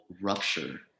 rupture